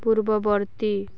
ପୂର୍ବବର୍ତ୍ତୀ